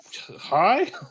hi